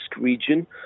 region